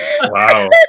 Wow